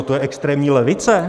To je extrémní levice?